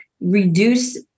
reduce